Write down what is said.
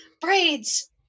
Braids